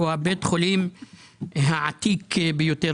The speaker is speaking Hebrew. הוא בית החולים העתיק ביותר